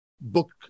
book